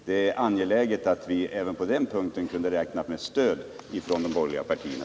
Det är angeläget att vi även på den punkten kan räkna med stöd från de borgerliga partierna.